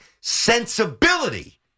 sensibility